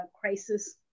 crisis